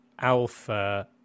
Alpha